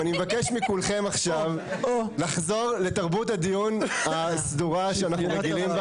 אני מבקש מכולכם עכשיו לחזור לתרבות הדיון הסדורה שאנחנו רגילים בה.